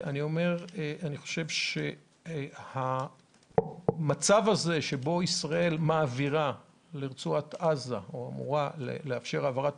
אני חושב שהמצב הזה, שבו ישראל אמורה לאפשר העברת